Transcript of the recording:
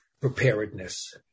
preparedness